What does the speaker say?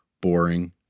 boring